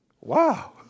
Wow